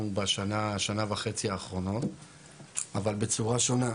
בשנה-שנה וחצי האחרונות אבל בצורה שונה.